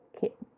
kit